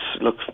look